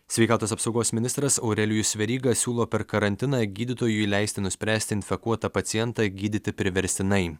sveikatos apsaugos ministras aurelijus veryga siūlo per karantiną gydytojui leisti nuspręsti infekuotą pacientą gydyti priverstinai